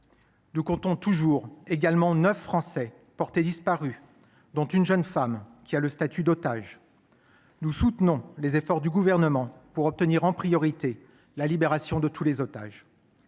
Nous comptons toujours également neuf Français portés disparus, dont une jeune femme qui a le statut d’otage. Nous soutenons les efforts du Gouvernement pour obtenir, en priorité, la libération de tous les otages.